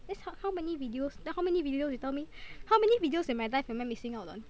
that's how how many videos now how many video you tell me how many videos in my life am I missing out on